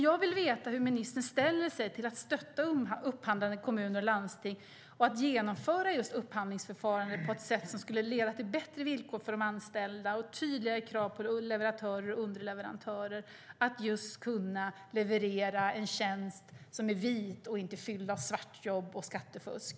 Jag vill veta hur ministern ställer sig till att stötta upphandlande kommuner och landsting att genomföra upphandlingsförfarandet på ett sätt som skulle leda till bättre villkor för de anställda och tydligare krav på leverantörer och underleverantörer att leverera en tjänst som är vit och inte fylld av svartjobb och skattefusk.